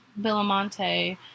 Billamonte